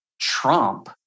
trump